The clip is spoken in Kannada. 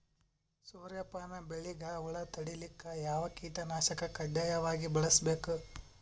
ಸೂರ್ಯಪಾನ ಬೆಳಿಗ ಹುಳ ತಡಿಲಿಕ ಯಾವ ಕೀಟನಾಶಕ ಕಡ್ಡಾಯವಾಗಿ ಬಳಸಬೇಕು?